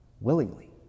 willingly